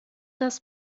das